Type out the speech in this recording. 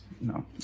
no